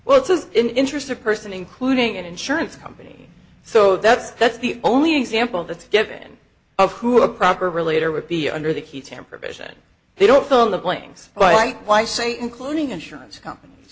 well it's an interesting person including an insurance company so that's that's the only example that's given of who a proper relator would be under the key tamper vision they don't fill in the blanks but i think why say including insurance companies